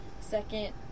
Second